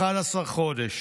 11 חודש: